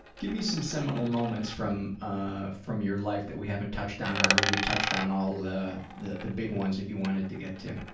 give me some seminal moments from ah from your life that we haven't touched on, or have we touched on all the the big ones that you wanted to get to?